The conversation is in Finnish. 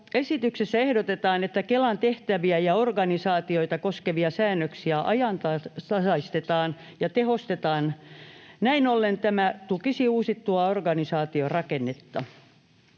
esityksessä ehdotetaan, että Kelan tehtäviä ja organisaatiota koskevia säännöksiä ajantasaistetaan ja tehostetaan. Näin ollen tämä tukisi uusittua organisaa-tiorakennetta.